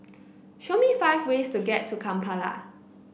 show me five ways to get to Kampala